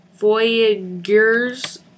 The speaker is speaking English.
Voyager's